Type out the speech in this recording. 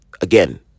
again